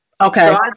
Okay